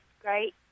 great